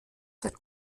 seit